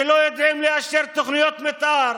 שלא יודעים לאשר תוכניות מתאר,